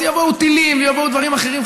אז יבואו טילים ויבואו דברים אחרים.